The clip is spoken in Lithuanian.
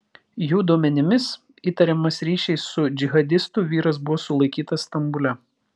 jų duomenimis įtariamas ryšiais su džihadistu vyras buvo sulaikytas stambule